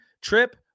trip